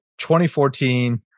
2014